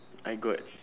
I got